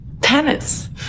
Tennis